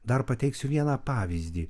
dar pateiksiu vieną pavyzdį